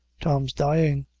tom's dying!